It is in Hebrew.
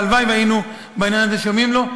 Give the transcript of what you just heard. והלוואי שהיינו בעניין הזה שומעים לו.